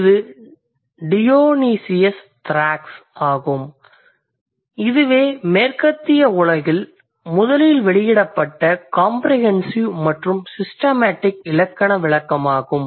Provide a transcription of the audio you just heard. இது Dionysius Thrax ஆகும் இதுவே மேற்கத்திய உலகின் முதலில் வெளியிடப்பட்ட காம்ப்ரிஹென்சிவ் மற்றும் சிஸ்டமேடிக் இலக்கண விளக்கமாகும்